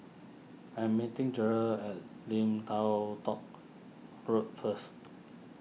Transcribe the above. I am meeting Jeryl at Lim Tao Tow Road first